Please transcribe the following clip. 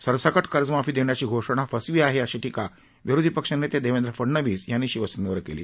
सरसकट कर्ज माफी देण्याची घोषणाही फसवी आहे अशी टीका विरोधी पक्ष नेते देवेंद्र फडणवीस यांनी शिवसेनेवर केली